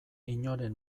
inoren